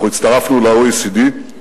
הצטרפנו ל-OECD.